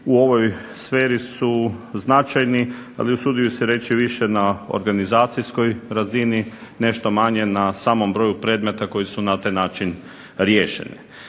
u ovoj sferi su značajni, ali usudio bih se reći više na organizacijskoj razini, nešto manje na samom broju predmeta koji su na taj način riješeni.